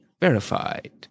verified